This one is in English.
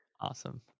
Awesome